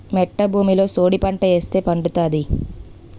మెట్ట భూమిలో సోడిపంట ఏస్తే పండుతాది